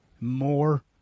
more